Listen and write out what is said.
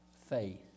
faith